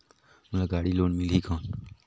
मोला गाड़ी लोन मिलही कौन?